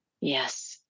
yes